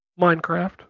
minecraft